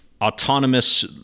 Autonomous